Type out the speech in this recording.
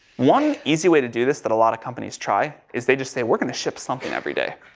one easy way to do this that a lot of companies try is they just say, we're going to ship something every day,